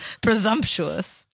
Presumptuous